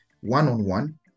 one-on-one